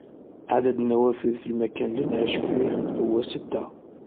عدد النوافذ في المكان اللي نعيش فيه هو ستة.